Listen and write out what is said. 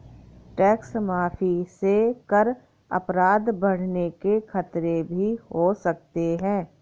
tax माफी से कर अपराध बढ़ने के खतरे भी हो सकते हैं